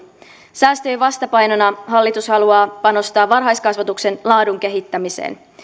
säästöjen vastapainona hallitus haluaa panostaa varhaiskasvatuksen laadun kehittämiseen